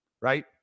Right